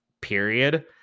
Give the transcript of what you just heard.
period